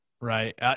right